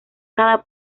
cada